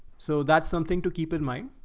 so that's something to keep in mind.